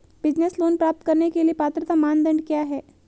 Business loan प्राप्त करने के लिए पात्रता मानदंड क्या हैं?